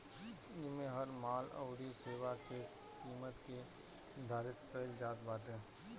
इमे हर माल अउरी सेवा के किमत के निर्धारित कईल जात बाटे